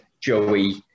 Joey